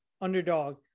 underdog